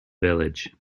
village